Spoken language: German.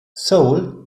seoul